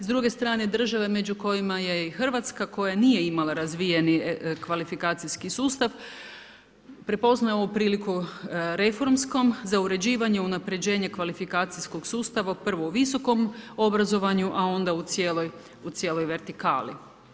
S druge strane države među kojima je i Hrvatska koja nije imala razvijeni kvalifikacijski sustav prepoznao ovu priliku reformskom za uređivanje, unapređenje kvalifikacijskog sustava prvom u visokom obrazovanju a onda u cijeloj vertikali.